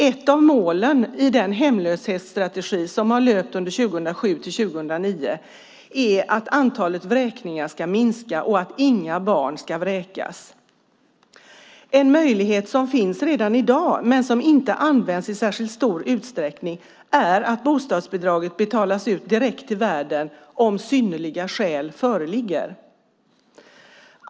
Ett av målen i den hemlöshetsstrategi som har löpt under tiden 2007-2009 är att antalet vräkningar ska minska och att inga barn ska vräkas. En möjlighet som finns redan i dag men som inte används i särskilt stor utsträckning är att bostadsbidraget betalas ut direkt till värden om synnerliga skäl föreligger.